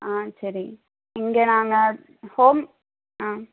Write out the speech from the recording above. ஆ சரி இங்கே நாங்கள் ஹோம் ஆ